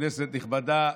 כנסת נכבדה,